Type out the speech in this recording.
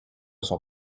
sont